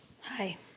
Hi